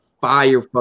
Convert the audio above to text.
fire